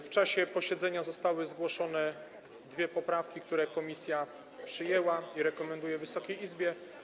W czasie posiedzenia zostały zgłoszone dwie poprawki, które komisje przyjęły i rekomendują Wysokiej Izbie.